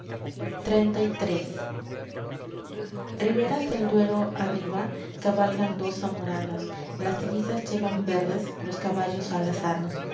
xxxiii riberas del duero arriba cabalgan dos zamoranos las divisas llevan verdes los caballos alazanos